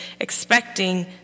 expecting